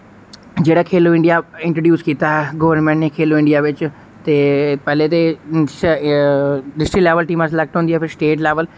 जेह्ड़ा Khelo India introduce कीत्ता ऐ गोरमैंट ने खेलो इंडिया विच ते पैह्ले ते श डिस्ट्रिक लैवल टीमां सलैक्ट होंदियां फिर स्टेट लैवल